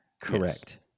Correct